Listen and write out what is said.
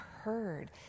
heard